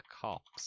cops